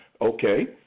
Okay